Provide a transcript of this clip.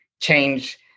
change